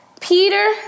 Peter